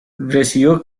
recibió